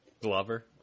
Glover